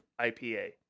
IPA